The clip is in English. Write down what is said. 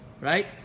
Right